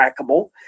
trackable